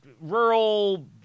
rural